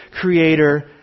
creator